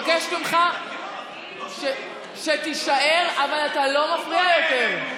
אני מבקשת ממך שתישאר, אבל אתה לא מפריע יותר.